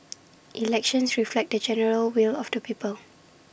elections reflect the general will of the people